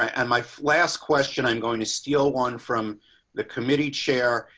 and my last question. i'm going to steal one from the committee chair.